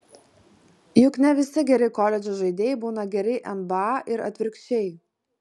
juk ne visi geri koledžo žaidėjai būna geri nba ir atvirkščiai